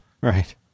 Right